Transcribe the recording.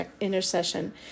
intercession